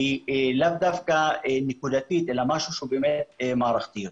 והיא לאו דווקא נקודתית אלא היא באמת משהו שהוא מערכתי יותר.